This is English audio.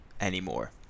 anymore